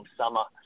summer